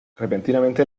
repentinamente